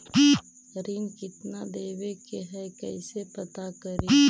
ऋण कितना देवे के है कैसे पता करी?